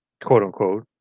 quote-unquote